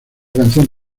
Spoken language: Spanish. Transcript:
canción